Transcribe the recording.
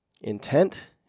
intent